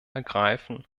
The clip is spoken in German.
ergreifen